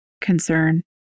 concern